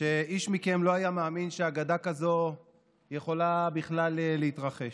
שאיש מכם לא היה מאמין שאגדה כזאת יכולה בכלל להתרחש.